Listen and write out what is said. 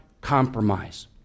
compromise